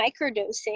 microdosing